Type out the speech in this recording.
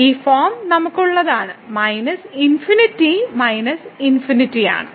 ഈ ഫോം നമുക്കുള്ളത് ∞ ആണ്